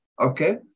okay